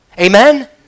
Amen